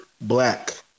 black